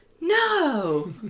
No